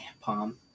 palm